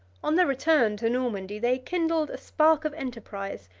on their return to normandy, they kindled a spark of enterprise,